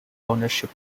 ownership